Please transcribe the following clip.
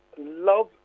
Love